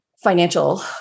financial